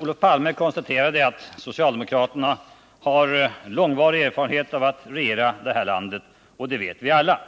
Olof Palme konstaterade att socialdemokraterna har långvarig erfarenhet av att regera det här landet, och det vet vi alla.